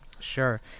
Sure